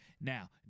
Now